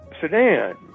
sedan